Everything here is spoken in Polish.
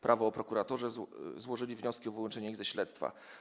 Prawo o prokuraturze złożyli wnioski o wyłączenie ich ze śledztwa.